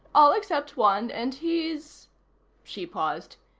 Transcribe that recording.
all except one, and he's she paused.